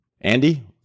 Andy